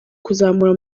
kuzamura